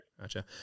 Gotcha